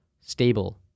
stable